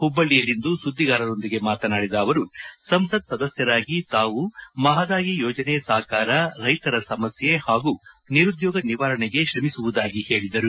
ಹುಬ್ಬಳ್ಳಿಯಲ್ಲಿಂದು ಸುದ್ದಿಗಾರರೊಂದಿಗೆ ಮಾತನಾಡಿದ ಅವರು ಸಂಸದ್ ಸದಸ್ಕರಾಗಿ ತಾವು ಮಹದಾಯಿ ಯೋಜನೆ ಸಾಕಾರ ರೈತರ ಸಮಸ್ಕೆ ಹಾಗೂ ನಿರುದ್ಯೋಗ ನಿವಾರಣೆಗೆ ಶ್ರಮಿಸುವುದಾಗಿ ಹೇಳಿದರು